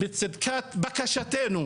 בצדקת בקשתנו,